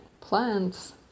plants